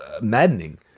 maddening